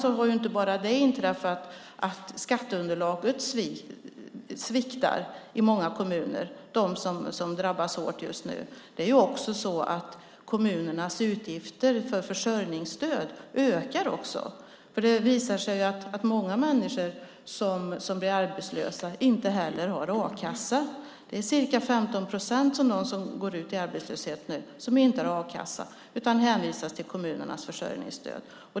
Där har ju inte bara det inträffat att skatteunderlaget sviktar i många kommuner, de som drabbas hårt just nu. Kommunernas utgifter för försörjningsstöd ökar också. Det visar sig nämligen att många människor som blir arbetslösa inte heller har a-kassa. Det är ca 15 procent av dem som går ut i arbetslöshet nu som inte har a-kassa, utan de hänvisas till kommunernas försörjningsstöd.